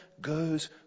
goes